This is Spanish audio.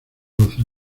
roces